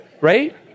right